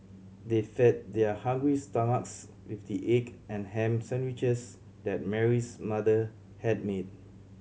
they fed their hungry stomachs with the egg and ham sandwiches that Mary's mother had made